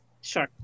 sure